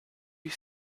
you